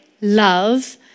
love